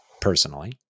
personally